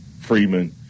Freeman